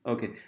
Okay